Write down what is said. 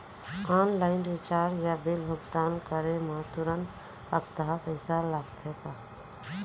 Online recharge या bill भुगतान करे मा तुरंत अक्तहा पइसा लागथे का?